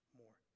more